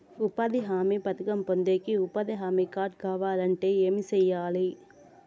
ఉపాధి హామీ పథకం పొందేకి ఉపాధి హామీ కార్డు కావాలంటే ఏమి సెయ్యాలి?